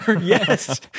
yes